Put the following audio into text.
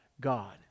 God